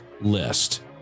list